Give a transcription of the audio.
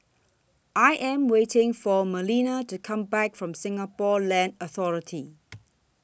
I Am waiting For Melina to Come Back from Singapore Land Authority